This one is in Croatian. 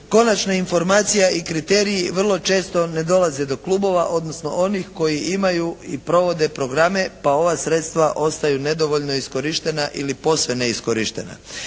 Konačna informacija i kriteriji vrlo često ne dolaze do klubova, odnosno onih koji imaju i provode programe pa ova sredstva ostaju nedovoljno iskorištena ili posve neiskorištena.